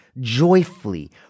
joyfully